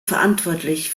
verantwortlich